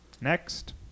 Next